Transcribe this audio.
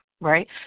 Right